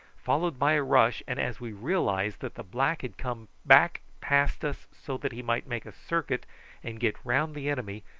followed by a rush, and as we realised that the black had come back past us so that he might make a circuit and get round the enemy,